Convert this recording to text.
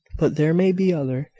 but there may be other.